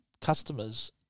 customers